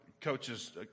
coaches